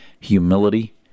humility